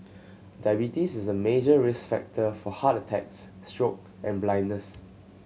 diabetes is a major risk factor for heart attacks stroke and blindness